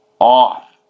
off